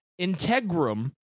Integrum